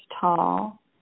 tall